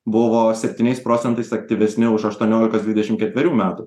buvo septyniais procentais aktyvesni už aštuoniolikos dvidešim ketverių metų